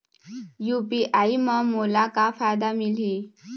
UPI म मोला का फायदा मिलही?